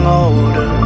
older